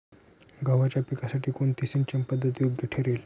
गव्हाच्या पिकासाठी कोणती सिंचन पद्धत योग्य ठरेल?